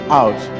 out